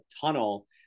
tunnel